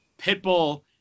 Pitbull